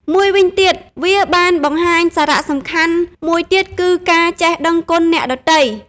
មួយវិញទៀត វាបានបង្ហាញសារៈសំខាន់មួយទៀតគឺ ការចេះដឹងគុណអ្នកដទៃ។